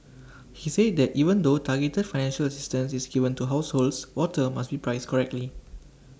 he said that even though targeted financial assistance is given to households water must be priced correctly